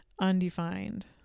undefined